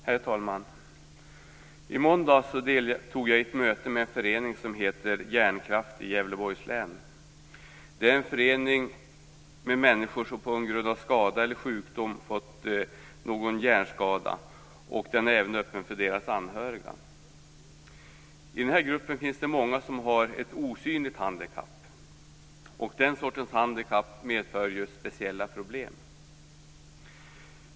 Herr talman! I måndags deltog jag i ett möte med en förening som heter Hjärnkraft i Gävleborgs län. Det är en förening för människor som på grund av skada eller sjukdom fått någon form av hjärnskada. Den är även öppen för deras anhöriga. I den här gruppen finns det många som har ett osynligt handikapp. Den sortens handikapp medför ju speciella problem.